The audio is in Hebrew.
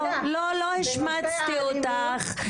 לא השמצתי אותך,